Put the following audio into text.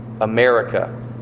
America